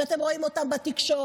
ואתם רואים אותם בתקשורת.